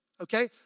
okay